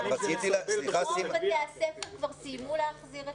כל בתי הספר כבר סיימו להחזיר,